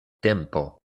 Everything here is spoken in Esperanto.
tempo